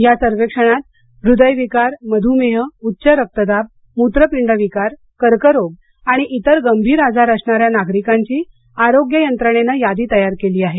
या सर्वेक्षणात हृदय विकार मधूमेह उच्च रक्तदाब मूत्रपिंड विकार कर्करोग आणि तिर गंभीर आजार असणाऱ्या नागरिकांची आरोग्य यंत्रणेनं यादी तयार केली आहे